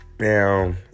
now